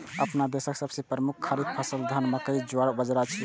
अपना देशक सबसं प्रमुख खरीफ फसल धान, मकई, ज्वार, बाजारा छियै